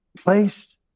placed